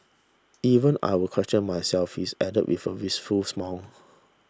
even I will question myself he added with a wistful smile